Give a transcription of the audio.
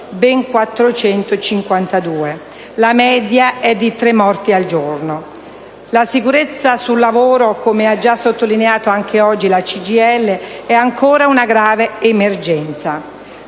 La media è di tre morti al giorno. La sicurezza sul lavoro, come ha già sottolineato oggi anche la CGIL, è ancora una grave emergenza.